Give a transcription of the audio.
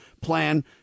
plan